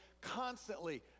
constantly